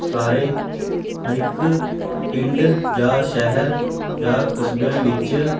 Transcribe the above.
ਸਾਰੇ ਹਰ ਇੱਕ ਪਿੰਡ ਜਾਂ ਸ਼ਹਿਰ ਜਾਂ ਕਸਬਿਆਂ ਵਿੱਚ